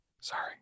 Sorry